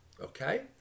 okay